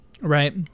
Right